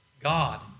God